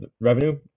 revenue